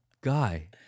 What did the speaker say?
guy